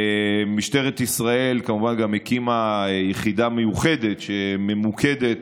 משטרת ישראל גם הקימה יחידה מיוחדת שממוקדת